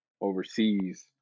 overseas